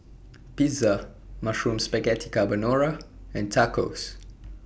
Pizza Mushroom Spaghetti Carbonara and Tacos